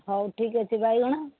ହଉ ଠିକ୍ଅଛି ବାଇଗଣ